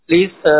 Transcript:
Please